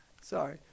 Sorry